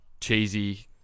cheesy